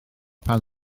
pan